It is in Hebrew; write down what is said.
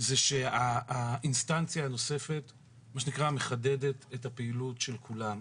היא שהאינסטנציה הנוספת מחדדת את הפעילות של כולם.